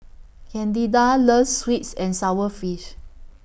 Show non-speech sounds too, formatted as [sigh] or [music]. Candida loves Sweet [unintelligible] and Sour Fish